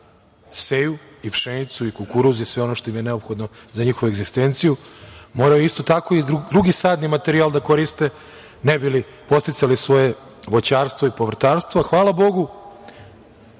seju pšenicu, kukuruz i sve ono što im je neophodno za njihovu egzistenciju, moraju isto tako i drugi sadni materijal da koriste ne bi li podsticali svoje voćarstvo i povrtarstvo. Hvala Bogu,